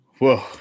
Whoa